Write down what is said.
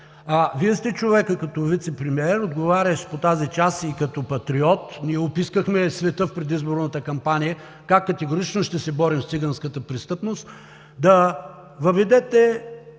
Вие сте човекът като вицепремиер, отговарящ по тази част, и като патриот, ние опискахме света в предизборната кампания как категорично ще се борим с циганската престъпност, да направите